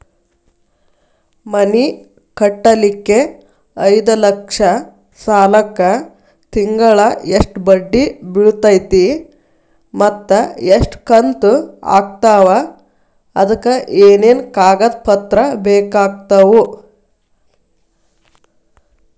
ಮನಿ ಕಟ್ಟಲಿಕ್ಕೆ ಐದ ಲಕ್ಷ ಸಾಲಕ್ಕ ತಿಂಗಳಾ ಎಷ್ಟ ಬಡ್ಡಿ ಬಿಳ್ತೈತಿ ಮತ್ತ ಎಷ್ಟ ಕಂತು ಆಗ್ತಾವ್ ಅದಕ ಏನೇನು ಕಾಗದ ಪತ್ರ ಬೇಕಾಗ್ತವು?